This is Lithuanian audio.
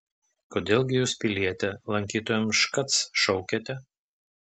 kodėl gi jūs piliete lankytojams škac šaukiate